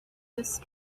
this